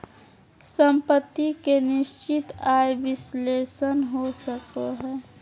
सम्पत्ति के निश्चित आय विश्लेषण हो सको हय